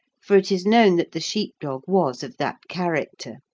for it is known that the sheep-dog was of that character,